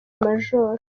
major